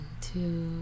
two